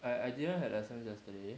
I didn't have lessons yesterday